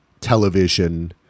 television